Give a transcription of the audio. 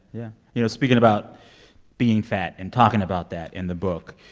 yeah. you know, speaking about being fat and talking about that in the book,